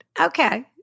Okay